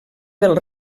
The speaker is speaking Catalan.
dels